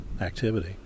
activity